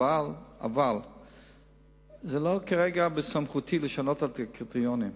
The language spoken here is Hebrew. אבל כרגע זה לא בסמכותי לשנות את הקריטריונים.